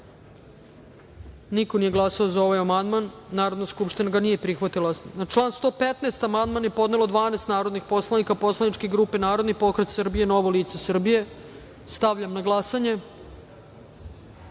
niko nije glasao za ovaj amandman. Narodna skupština ga nije prihvatila. Na član 117. amandman je podnelo 12 narodnih poslanika poslaničke grupe Narodni pokret Srbije-Novo lice Srbije. Stavljam na